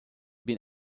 been